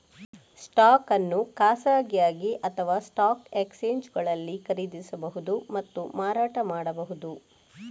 stock ಅನ್ನು ಖಾಸಗಿಯಾಗಿ ಅಥವಾಸ್ಟಾಕ್ ಎಕ್ಸ್ಚೇಂಜುಗಳಲ್ಲಿ ಖರೀದಿಸಬಹುದು ಮತ್ತು ಮಾರಾಟ ಮಾಡಬಹುದು